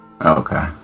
Okay